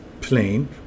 plane